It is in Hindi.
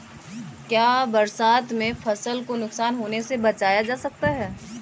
क्या बरसात में फसल को नुकसान होने से बचाया जा सकता है?